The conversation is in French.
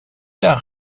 tard